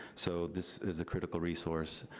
so this is a critical resource.